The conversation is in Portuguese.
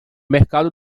mercado